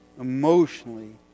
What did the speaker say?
emotionally